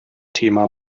thema